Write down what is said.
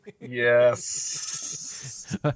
Yes